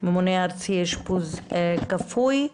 ממונה ארצי אשפוז כפוי.